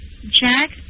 Jack